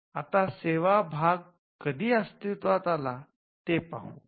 आता सेवा भाग कधी अस्तित्वात आला ते पाहू